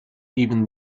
even